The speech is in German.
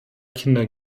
kinder